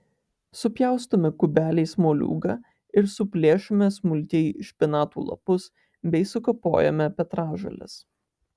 supjaustome kubeliais moliūgą ir suplėšome smulkiai špinatų lapus bei sukapojame petražoles